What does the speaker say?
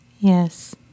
Yes